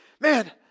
Man